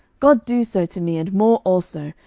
god do so to me, and more also,